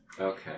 Okay